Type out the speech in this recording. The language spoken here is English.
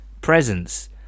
presents